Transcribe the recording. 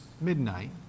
midnight